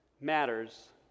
matters